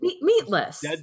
Meatless